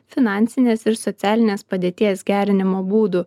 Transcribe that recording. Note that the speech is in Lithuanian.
finansinės ir socialinės padėties gerinimo būdų